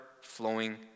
flowing